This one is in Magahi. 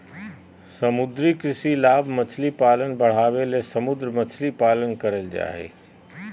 समुद्री कृषि लाभ मछली पालन बढ़ाबे ले समुद्र मछली पालन करल जय हइ